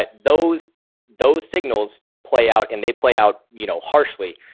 ah those those signals play out and they play out, you know, harshly.